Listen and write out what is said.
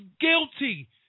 guilty